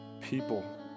people